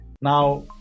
Now